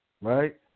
right